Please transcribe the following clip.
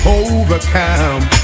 overcome